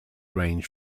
range